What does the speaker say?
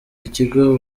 ikigo